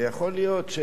ויכול להיות,